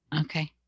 Okay